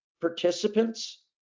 participants